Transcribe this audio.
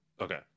okay